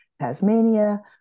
Tasmania